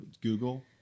Google